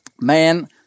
Man